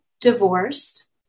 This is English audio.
divorced